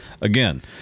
Again